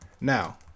now